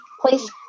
please